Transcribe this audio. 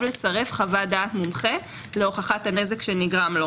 לצרף חוות דעת מומחה להוכחת הנזק שנגרם לו.